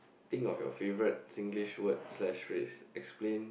think of your favourite Singlish word slash phrase explain